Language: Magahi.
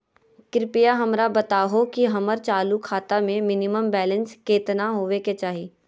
कृपया हमरा बताहो कि हमर चालू खाता मे मिनिमम बैलेंस केतना होबे के चाही